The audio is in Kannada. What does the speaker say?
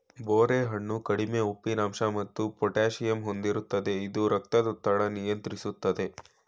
ಬೋರೆ ಹಣ್ಣು ಕಡಿಮೆ ಉಪ್ಪಿನಂಶ ಮತ್ತು ಪೊಟ್ಯಾಸಿಯಮ್ ಹೊಂದಿರ್ತದೆ ಇದು ರಕ್ತದೊತ್ತಡ ನಿಯಂತ್ರಿಸ್ತದೆ